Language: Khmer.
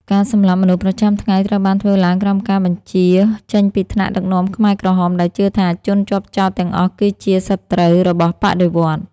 ការសម្លាប់មនុស្សប្រចាំថ្ងៃត្រូវបានធ្វើឡើងក្រោមការបញ្ជាចេញពីថ្នាក់ដឹកនាំខ្មែរក្រហមដែលជឿថាជនជាប់ចោទទាំងអស់គឺជាសត្រូវរបស់បដិវត្តន៍។